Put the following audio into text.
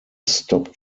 stop